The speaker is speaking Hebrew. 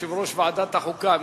יושב-ראש ועדת החוקה,